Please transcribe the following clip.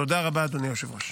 תודה רבה, אדוני היושב-ראש.